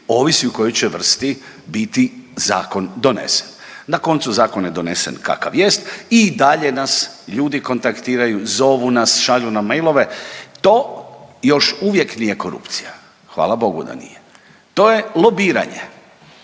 ovisi u kojoj će vrsti biti zakon donesen. Na koncu zakon je donesen kakav jest i dalje nas ljudi kontaktiraju, zovu nas, šalju na mailove. To još uvijek nije korupcija, hvala Bogu da nije. To je lobiranje.